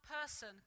person